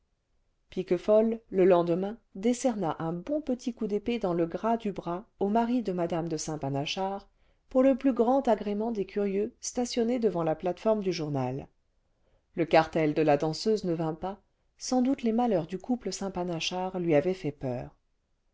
piquefol le lendemain décerna un bon petit coup d'épée dans le gras du bras au mari de mmc de saint panachard pour le plus grand agrément des curieux stationnés devant la plate-forme du journal le cartel de la danseuse ne vint pas sans doute les malheurs du couple saint panachard lui avaient fait peur